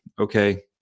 okay